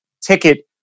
ticket